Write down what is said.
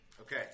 Okay